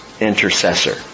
intercessor